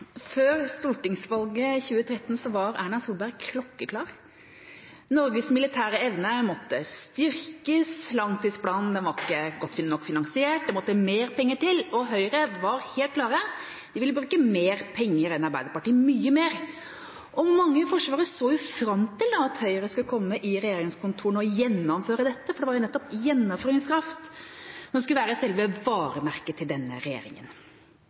Før stortingsvalget i 2013 var Erna Solberg klokkeklar: Norges militære evne måtte styrkes, langtidsplanen var ikke godt nok finansiert – det måtte mer penger til. Høyre var helt klare: De ville bruke mer penger enn Arbeiderpartiet – mye mer. Mange i Forsvaret så da fram til at Høyre skulle komme inn i regjeringskontorene og gjennomføre dette, for det var nettopp gjennomføringskraft som skulle være selve varemerket til denne